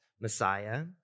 Messiah